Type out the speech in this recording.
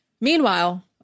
Meanwhile